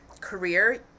career